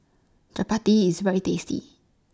Chapati IS very tasty